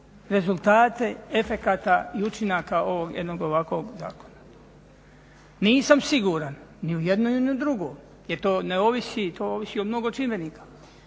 rezultate efekata i učinaka ovog jednog ovakvog zakona. Nisam siguran ni u jedno ni u drugo jer to ne ovisi, to ovisi o mnogo čimbenika,